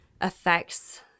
affects